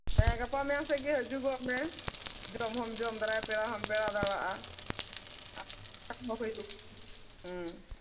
ᱦᱮᱸ ᱜᱟᱯᱟ ᱢᱮᱭᱟᱝ ᱥᱮᱫ ᱜᱮ ᱦᱤᱡᱩᱜᱚᱜ ᱢᱮ ᱡᱚᱢ ᱦᱚᱸᱢ ᱡᱚᱢ ᱫᱟᱨᱟᱭᱟ ᱯᱮᱲᱟ ᱦᱚᱢ ᱯᱮᱲᱟ ᱫᱟᱨᱟᱜᱼᱟ ᱦᱩᱸ